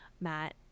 matt